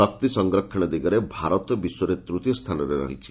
ଶକ୍ତି ସଂରକ୍ଷଣ ଦିଗରେ ଭାରତ ବିଶ୍ୱରେ ତୃତୀୟ ସ୍ରାନରେ ରହିଛି